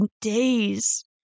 days